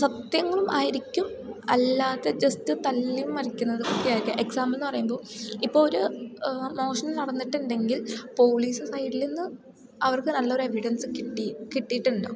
സത്യങ്ങളും ആയിരിക്കും അല്ലാതെ ജസ്റ്റ് തള്ളി മറിക്കുന്നതും ഒക്കെ ആയിരിക്കും എക്സാമ്പിളെന്നു പറയുമ്പോൾ ഇപ്പം ഒരു മോഷണം നടന്നിട്ടുണ്ടെങ്കിൽ പോലീസ് സൈഡിൽ നിന്ന് അവർക്ക് നല്ലൊരു എവിഡൻസ് കിട്ടി കിട്ടിയിട്ടുണ്ടാകും